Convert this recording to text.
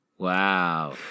Wow